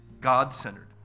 God-centered